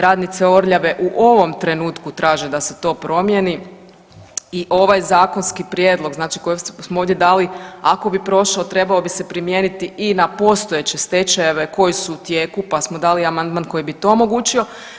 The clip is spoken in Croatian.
Radnice Orljave u ovom trenutku traže da se to promijeni i ovaj zakonski prijedlog znači koji smo ovdje dali ako bi prošao trebao bi se primijeniti i na postojeće stečajeve koji su u tijeku, pa smo dali amandman koji bi to omogućio.